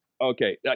Okay